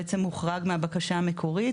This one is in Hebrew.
בעצם הוחרג מהבקשה המקורית,